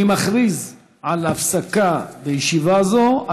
אני מכריז על הפסקה בישיבה זו.